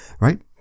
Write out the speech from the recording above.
right